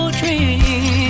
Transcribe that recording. dream